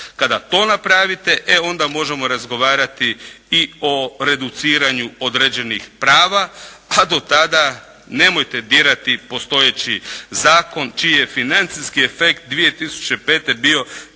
Kada to napravite, onda možemo razgovarati i o reduciranju određenih prava, a do tada nemojte dirati postojeći zakon čiji je financijski efekt 2005. bio 19,6